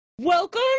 Welcome